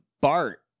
Bart